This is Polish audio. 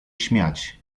śmiać